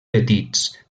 petits